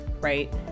right